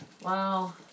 Wow